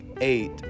eight